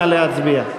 נא להצביע.